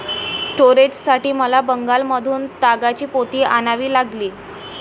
स्टोरेजसाठी मला बंगालमधून तागाची पोती आणावी लागली